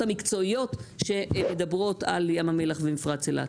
המקצועיות שמדברות על ים המלח ומפרץ אילת.